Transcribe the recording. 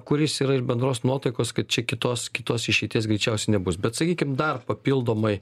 kuris yra ir bendros nuotaikos kad čia kitos kitos išeities greičiausiai nebus bet sakykim dar papildomai